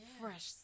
fresh